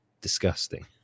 disgusting